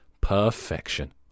Perfection